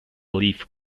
leaf